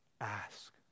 Ask